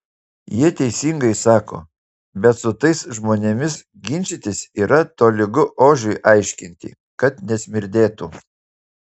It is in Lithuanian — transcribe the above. jie teisingai sako bet su tais žmonėmis ginčytis yra tolygu ožiui aiškinti kad nesmirdėtų